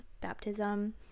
baptism